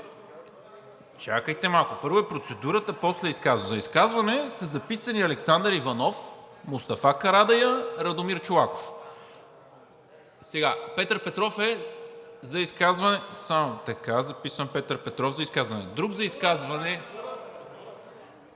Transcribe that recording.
Чакайте малко, първо е процедурата, после – изказването. За изказване са се записали Александър Иванов, Мустафа Карадайъ, Радомир Чолаков. Петър Петров е за изказване? Така, записвам Петър Петров за изказване. Друг за изказване?